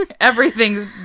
everything's